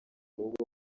rugo